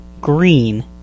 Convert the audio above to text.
green